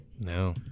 No